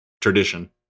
tradition